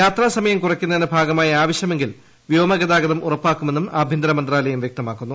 യാത്രാസമയം കുറയ്ക്കുന്നതിന്റെ ഭാഗമായി ആവശ്യമെങ്കിൽ വ്യോമ ഗതാഗതം ഉറപ്പാക്കുമെന്നും ആഭ്യന്തര മന്ത്രാലയം വ്യക്തമാക്കുന്നു